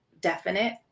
definite